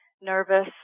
nervous